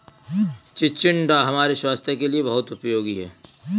चिचिण्डा हमारे स्वास्थ के लिए बहुत उपयोगी होता है